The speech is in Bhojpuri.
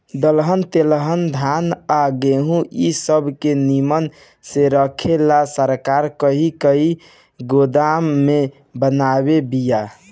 दलहन तेलहन धान आ गेहूँ इ सब के निमन से रखे ला सरकार कही कही गोदाम भी बनवले बिया